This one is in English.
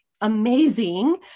amazing